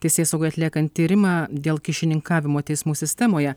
teisėsaugai atliekant tyrimą dėl kyšininkavimo teismų sistemoje